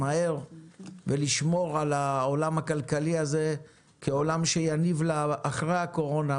מהר ולשמור על העולם הכלכלי הזה כעולם שיניב לה אחרי הקורונה,